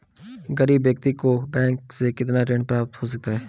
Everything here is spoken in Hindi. गरीब व्यक्ति को बैंक से कितना ऋण प्राप्त हो सकता है?